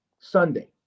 Sunday